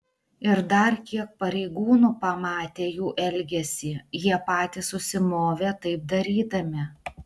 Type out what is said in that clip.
ir dar kiek pareigūnų pamatė jų elgesį jie patys susimovė taip darydami